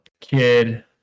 kid